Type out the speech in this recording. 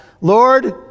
Lord